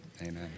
amen